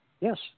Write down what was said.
Yes